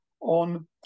on